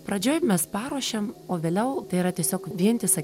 pradžioj mes paruošiam o vėliau tai yra tiesiog vientisa